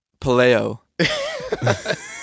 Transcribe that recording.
Paleo